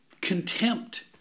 contempt